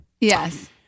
yes